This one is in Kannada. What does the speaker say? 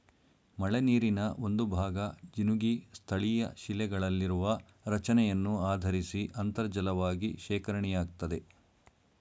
ಮಳೆನೀರಿನ ಒಂದುಭಾಗ ಜಿನುಗಿ ಸ್ಥಳೀಯಶಿಲೆಗಳಲ್ಲಿರುವ ರಚನೆಯನ್ನು ಆಧರಿಸಿ ಅಂತರ್ಜಲವಾಗಿ ಶೇಖರಣೆಯಾಗ್ತದೆ